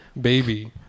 Baby